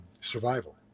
survival